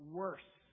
worse